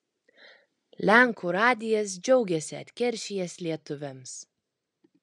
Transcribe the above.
lenkų radijas džiaugiasi atkeršijęs lietuviams